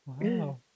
Wow